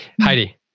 Heidi